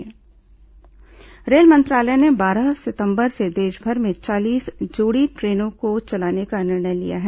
special train रेल मंत्रालय ने बारह सितंबर से देशभर में चालीस जोड़ी ट्रेनों को चलाने का निर्णय लिया है